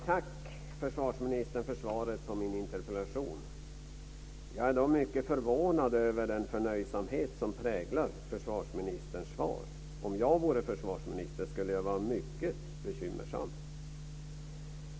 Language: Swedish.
Herr talman! Tack för svaret på min interpellation, försvarsministern. Jag är dock mycket förvånad över den förnöjsamhet som präglar försvarsministerns svar. Om jag vore försvarsminister skulle jag vara mycket bekymrad.